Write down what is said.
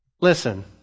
Listen